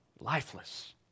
lifeless